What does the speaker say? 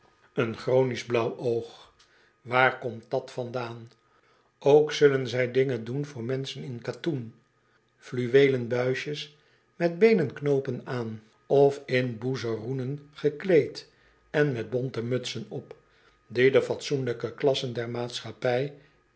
een chronisch v blauw oog waar komt dat vandaan ook zullen zij dingen doen voor menschen in katoen fluweelen buisjes met beenen knoopen aan of in boezemenen gekleed en met bonte mutsen op die de fatsoenlijke klassen der maatschappij